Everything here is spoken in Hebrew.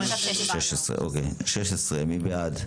3. מי נגד?